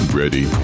ready